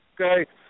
Okay